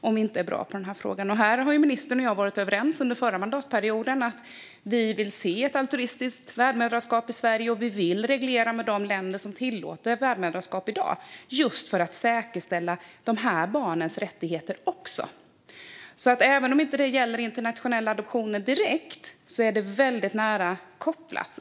Under den förra mandatperioden var jag och ministern överens om att vi vill se ett altruistiskt värdmödraskap i Sverige och att vi vill reglera det hela gentemot de länder som tillåter värdmödraskap i dag för att säkerställa även dessa barns rättigheter. Även om det här inte direkt gäller internationella adoptioner är det väldigt nära sammankopplat.